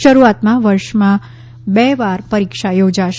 શરૂઆતમાં વર્ષમાં બે વાર પરીક્ષા યોજાશે